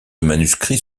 manuscrits